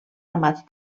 ramats